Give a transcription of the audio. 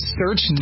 search